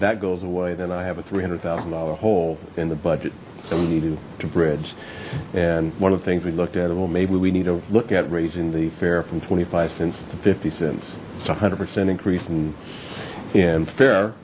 that goes away then i have a three hundred thousand dollar hole in the budget so we need to bridge and one of the things we looked at it well maybe we need to look at raising the fare from twenty five cents to fifty cents it's a hundred percent increase and and fair